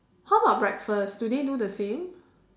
how about breakfast do they do the same